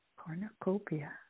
Cornucopia